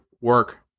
work